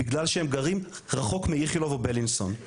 בגלל שהם גרים רחוק מאיכילוב או בלינסון,